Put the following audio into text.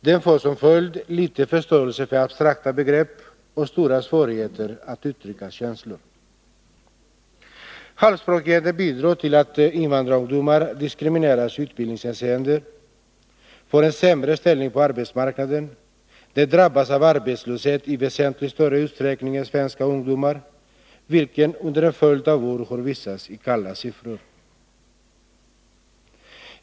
Den får som följd liten förståelse av abstrakta begrepp och stora svårigheter att uttrycka känslor. Halvspråkigheten bidrar till att invandrarungdomar diskrimineras i utbildningshänseende, får en sämre ställning på arbetsmarknaden, och drabbas av arbetslöshet i väsentligt större utsträckning än svenska ungdomar, vilket under en följd av år har visats i kalla siffror.